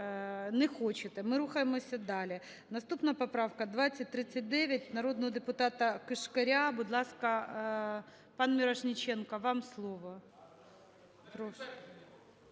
Не хочете. Ми рухаємося далі. Наступна поправка 2039 народного депутата Кишкаря. Будь ласка, пан Мірошниченко, вам слово,